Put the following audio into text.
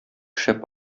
шәп